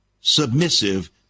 submissive